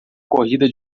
corrida